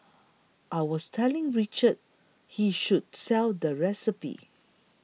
I was telling Richard he should sell the recipe